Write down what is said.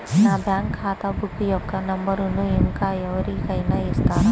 నా బ్యాంక్ ఖాతా బుక్ యొక్క నంబరును ఇంకా ఎవరి కైనా ఇస్తారా?